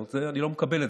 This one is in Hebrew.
לא,